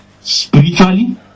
spiritually